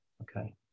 Okay